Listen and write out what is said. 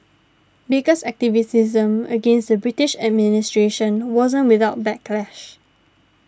baker's activism against the British administration wasn't without backlash